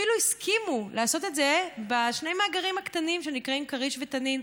ואפילו הסכימו לעשות את זה בשני המאגרים הקטנים שנקראים כריש ותנין,